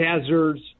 hazards